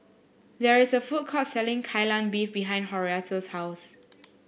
there is a food court selling Kai Lan Beef behind Horatio's house